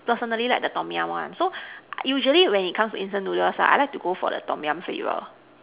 personally like the Tom Yum one so usually when it comes to instant noodles ah I like to go for the Tom-Yum flavour